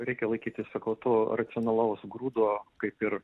reikia laikytis sakau to racionalaus grūdo kaip ir